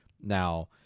now